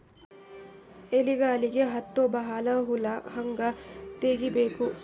ಎಲೆಗಳಿಗೆ ಹತ್ತೋ ಬಹಳ ಹುಳ ಹಂಗ ತೆಗೀಬೆಕು?